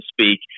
speak